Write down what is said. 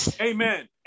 Amen